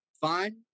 fine